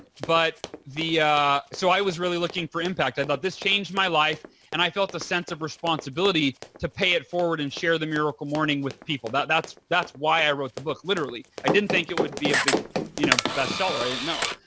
but so, i was really looking for impact. hal but this changed my life and i felt the sense of responsibility to pay it forward and share the miracle morning with people. but that's that's why i wrote the book literally. i didn't think it would be a big you know bestseller. i didn't know.